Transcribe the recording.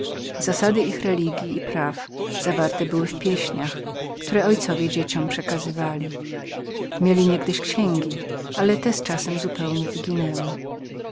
zasady ich religji i praw zawarte były w pieśniach które ojcowie dzieciom przekazywali mieli kiedyś księgi ale te z czasem zupełnie wyginęły